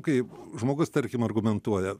kaip žmogus tarkim argumentuoja